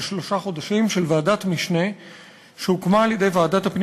שלושה חודשים של ועדת משנה שהוקמה על-ידי ועדת הפנים